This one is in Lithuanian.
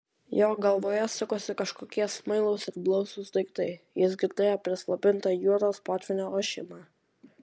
jo galvoje sukosi kažkokie smailūs ir blausūs daiktai jis girdėjo prislopintą jūros potvynio ošimą